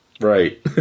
Right